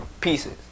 pieces